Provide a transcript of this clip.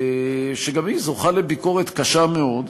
שגם היא זוכה לביקורת קשה מאוד,